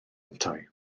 yntau